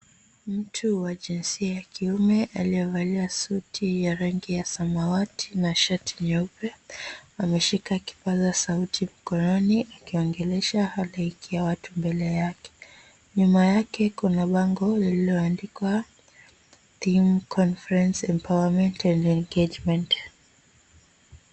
Mtu wa jinsia ya kiume aliyevalia suti ya rangi ya samawati na shati nyeupe, ameshika kipasa sauti mkononi akiongelesha halaiki ya watu mbele yake. Nyuma yake kuna bango lililo andikwa, Theme: Conference Empowerment and Engagement .